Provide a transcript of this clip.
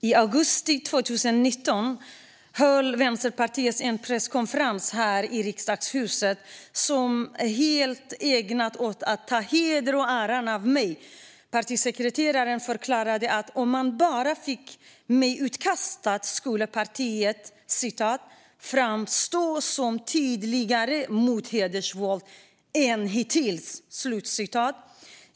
I augusti 2019 höll Vänsterpartiet en presskonferens här i Riksdagshuset som var helt ägnad åt att ta heder och ära av mig. Partisekreteraren förklarade att om man bara fick mig utkastad skulle partiet "framstå som tydligare mot hedersvåld än hittills".